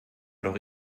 doch